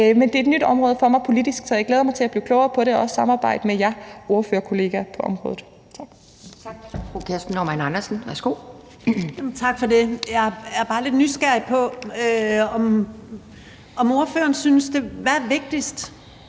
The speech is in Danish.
og det er et nyt område for mig politisk, så jeg glæder mig til at blive klogere på det og samarbejde med jer ordførerkollegaer på området. Tak.